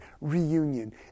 reunion